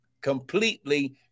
completely